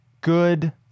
good